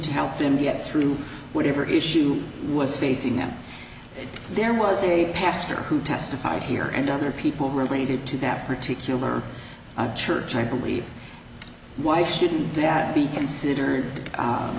to help them get through whatever issue was facing them there was a pastor who testified here and other people related to the after tumor church i believe why shouldn't that be considered a